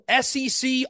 SEC